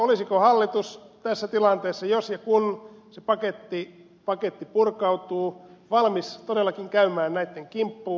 olisiko hallitus tässä tilanteessa jos ja kun se paketti purkautuu valmis todellakin käymään näitten kimppuun